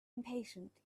impatient